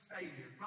Savior